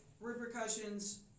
repercussions